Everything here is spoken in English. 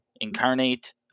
incarnate